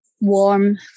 warm